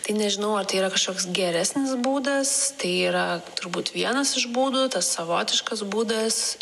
tai nežinau ar tai yra kažkoks geresnis būdas tai yra turbūt vienas iš būdų tas savotiškas būdas